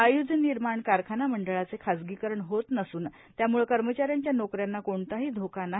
आयध निर्माण कारखाना मंडळाचे खाजगीकरण होत नसन त्यामुळ कर्मचाऱ्यांच्या नोकऱ्यांना कोणताही धोका नाही